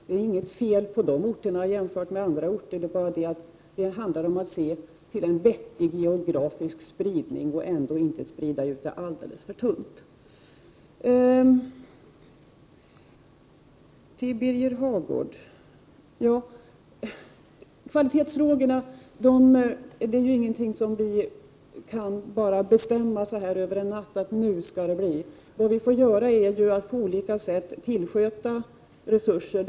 Det är inte något fel på dem i jämförelse med andra orter, det handlar endast om att se till en vettig geografisk spridning utan att det för den skull blir alltför utspritt. Kvalitetsfrågorna, Birger Hagård, är inget som vi kan fatta beslut om över en natt. Det måste bli fråga om att på olika sätt tillskjuta resurser.